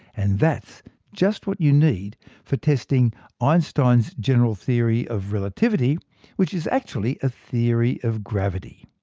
and that's just what you need for testing einstein's general theory of relativity which is actually a theory of gravity.